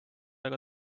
aga